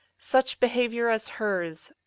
such behaviour as hers,